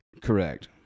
Correct